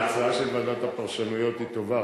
ההצעה של ועדת הפרשנויות היא טובה,